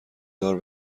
دار